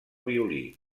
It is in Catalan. violí